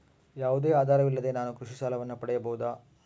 ಯಾವುದೇ ಆಧಾರವಿಲ್ಲದೆ ನಾನು ಕೃಷಿ ಸಾಲವನ್ನು ಪಡೆಯಬಹುದಾ?